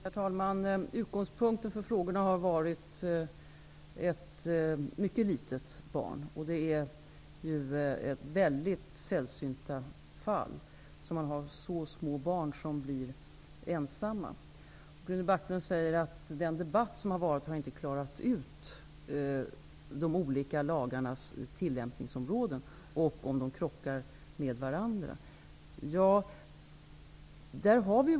Herr talman! Utgångspunkten för de ställda frågorna har varit ett mycket litet barn, och det är väldigt sällsynt att så små barn blir ensamma. Rune Backlund säger att den debatt som har förekommit inte har klarat ut de olika lagarnas tillämpningsområden och om de krockar med varandra.